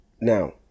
Now